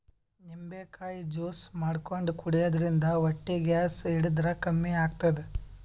ನಿಂಬಿಕಾಯಿ ಜ್ಯೂಸ್ ಮಾಡ್ಕೊಂಡ್ ಕುಡ್ಯದ್ರಿನ್ದ ಹೊಟ್ಟಿ ಗ್ಯಾಸ್ ಹಿಡದ್ರ್ ಕಮ್ಮಿ ಆತದ್